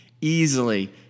easily